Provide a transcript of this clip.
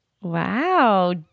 Wow